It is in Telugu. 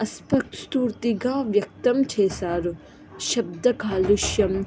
అసంతృప్తి వ్యక్తం చేశారు శబ్ద కాలుష్యం